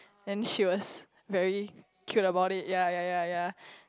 then she was very cute about it ya ya ya ya